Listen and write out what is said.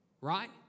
right